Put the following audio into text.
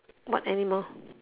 what animal